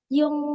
yung